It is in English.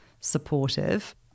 supportive